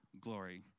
glory